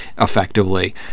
effectively